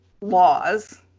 laws